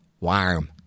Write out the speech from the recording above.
warm